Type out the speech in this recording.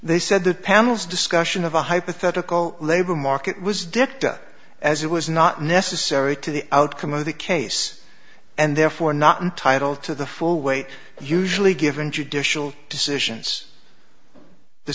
they said the panel's discussion of a hypothetical labor market was dicta as it was not necessary to the outcome of the case and therefore not entitled to the full weight usually given judicial decisions the